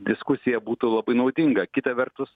diskusija būtų labai naudinga kita vertus